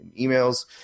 emails